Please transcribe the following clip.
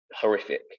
horrific